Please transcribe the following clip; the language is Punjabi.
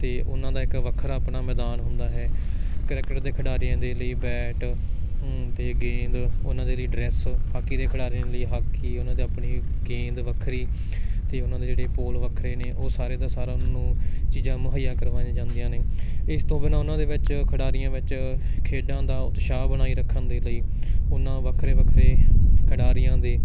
ਅਤੇ ਓਹਨਾਂ ਦਾ ਇੱਕ ਵੱਖਰਾ ਆਪਣਾ ਮੈਦਾਨ ਹੁੰਦਾ ਹੈ ਕ੍ਰਿਕਟ ਦੇ ਖਿਡਾਰੀਆਂ ਦੇ ਲਈ ਬੈਟ ਅਤੇ ਗੇਂਦ ਓਹਨਾਂ ਦੇ ਲਈ ਡਰੈੱਸ ਹਾਕੀ ਦੇ ਖਿਡਾਰੀਆਂ ਲਈ ਹਾਕੀ ਓਹਨਾਂ ਦੀ ਆਪਣੀ ਗੇਂਦ ਵੱਖਰੀ ਅਤੇ ਓਹਨਾਂ ਦੇ ਜਿਹੜੇ ਪੋਲ ਵੱਖਰੇ ਨੇ ਓਹ ਸਾਰੇ ਦਾ ਸਾਰਾ ਉਹਨਾਂ ਨੂੰ ਚੀਜ਼ਾਂ ਮੁਹੱਈਆ ਕਰਵਾਈਆਂ ਜਾਂਦੀਆਂ ਨੇ ਇਸ ਤੋਂ ਬਿਨਾਂ ਓਹਨਾਂ ਦੇ ਵਿੱਚ ਖਿਡਾਰੀਆਂ ਵਿੱਚ ਖੇਡਾਂ ਦਾ ਉਤਸ਼ਾਹ ਬਣਾਈ ਰੱਖਣ ਦੇ ਲਈ ਉਹਨਾਂ ਵੱਖਰੇ ਵੱਖਰੇ ਖਿਡਾਰੀਆਂ ਦੇ